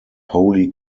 holy